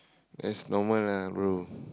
that's normal lah bro